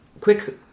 quick